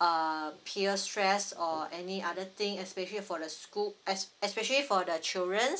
uh pier stress or any other thing especially for the school es~ especially for the children